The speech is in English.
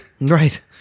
right